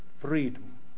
freedom